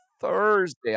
Thursday